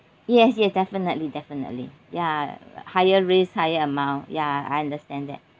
yes yes definitely definitely ya higher risk higher amount ya I understand that